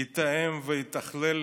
יתאם ויתכלל